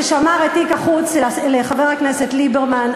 ששמר את תיק החוץ לחבר הכנסת ליברמן,